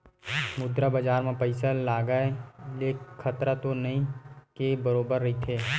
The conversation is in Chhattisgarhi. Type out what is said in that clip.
मुद्रा बजार म पइसा लगाय ले खतरा तो नइ के बरोबर रहिथे